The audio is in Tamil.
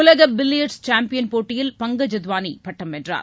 உலக பில்லயர்ட்ஸ் சாம்பியன் போட்டியில் பங்கஜ் அத்வானி பட்டம் வென்றார்